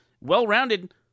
well-rounded